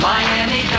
Miami